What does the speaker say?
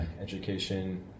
education